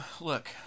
look